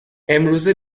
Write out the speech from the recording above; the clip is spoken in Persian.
امروزه